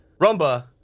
Rumba